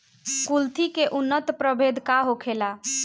कुलथी के उन्नत प्रभेद का होखेला?